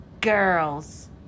girls